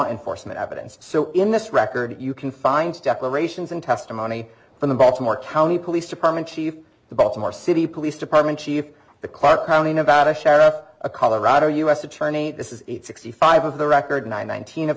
enforcement evidence so in this record you can find declarations and testimony from the baltimore county police department chief the baltimore city police department chief the clark county nevada sheriff a colorado us attorney this is sixty five of the record nineteen of